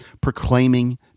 proclaiming